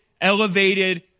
elevated